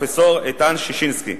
פרופסור איתן ששינסקי.